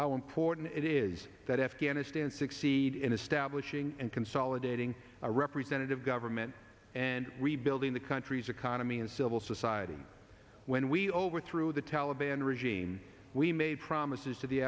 how important it is that afghanistan succeed in establishing and consolidating a representative government and rebuilding the country's economy and civil society when we overthrew the taliban regime we made promises to the